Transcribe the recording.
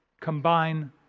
combine